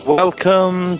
welcome